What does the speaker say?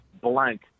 blank